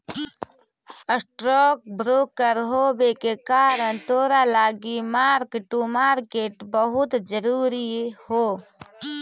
stock broker होबे के कारण तोरा लागी मार्क टू मार्केट बहुत जरूरी हो